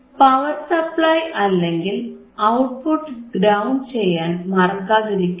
power supply അല്ലെങ്കിൽ output ground ചെയ്യാൻ മറക്കാതിരിക്കുക